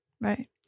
Right